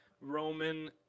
Roman